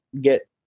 get